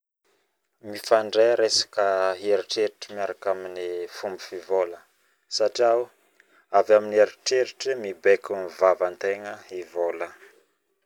Mifandray resaka eritreritra miaraka amin'ny fimba fivolagna satria avy aminy eritreritra mibaiko vavantegna hivolagna